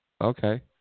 okay